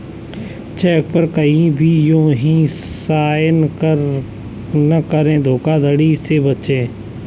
check पर कहीं भी यू हीं साइन न करें धोखाधड़ी से बचे